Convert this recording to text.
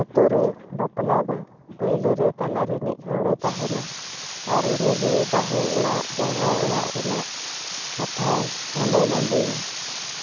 ᱟᱹᱛᱩᱨᱮ ᱵᱟᱯᱞᱟ ᱫᱚ ᱯᱳᱭᱞᱳᱨᱮ ᱛᱟᱞᱟ ᱨᱤᱱᱤᱡ ᱦᱚᱲᱮ ᱛᱟᱦᱮᱸᱱᱟ ᱟᱨ ᱩᱱᱤ ᱜᱮ ᱵᱟᱹᱦᱩ ᱚᱲᱟᱜ ᱡᱟᱣᱟᱭ ᱚᱲᱟᱜ ᱨᱮᱭᱟᱜ ᱠᱟᱛᱷᱟᱭ ᱦᱟᱸᱰᱮ ᱱᱟᱰᱮᱭᱟ